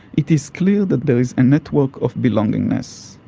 it is clear that there is a network of belongingness,